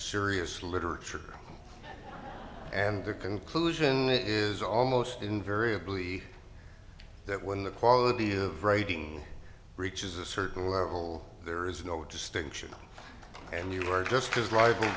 serious literature and the conclusion is almost invariably that when the quality of writing reaches a certain level there is no distinction and you are just as ri